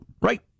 Right